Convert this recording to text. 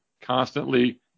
constantly